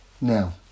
Now